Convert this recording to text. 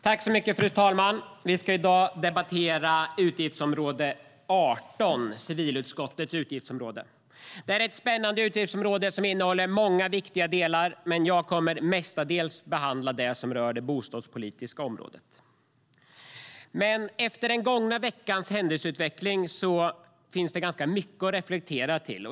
Fru talman! Vi debatterar i dag utgiftsområde 18, civilutskottets utgiftsområde. Det är ett spännande utgiftsområde som innehåller många viktiga delar. Jag kommer mestadels att behandla det som rör det bostadspolitiska området. Efter den gångna veckans händelseutveckling finns det ganska mycket att reflektera kring.